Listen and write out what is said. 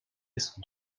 sont